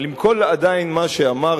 אבל עם כל, עדיין, מה שאמרתם,